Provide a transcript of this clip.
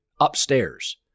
upstairs